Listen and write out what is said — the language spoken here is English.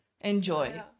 Enjoy